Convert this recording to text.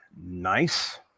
nice